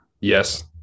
Yes